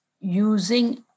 using